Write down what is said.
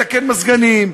או כשאני מזמין מתקן מזגנים,